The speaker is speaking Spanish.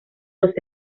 los